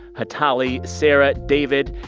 atali, sarah, david,